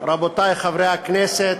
רבותי חברי הכנסת,